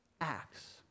acts